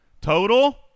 Total